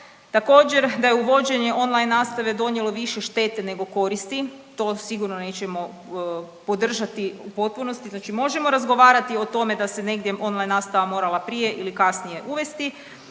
Također, da je uvođenje online nastave donijelo više štete nego koristi, to sigurno nećemo podržati u potpunosti. Znači možemo razgovarati o tome da se negdje online nastava morala prije ili kasnije uvesti.